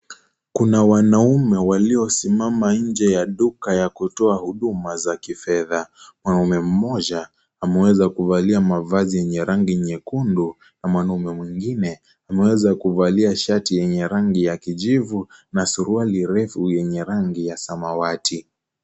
Kuna wanaume waliosimama nje ya duka ya kutoa huduma za kifedha . MWanaume mmoja ameweza kuvalia mavazi yenye rangi nyekundu na mwanaume mwengine ameweza kuvalia shati yenye rangi ya kijivu na suruali refu yenye rangi ya samawati.